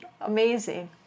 Amazing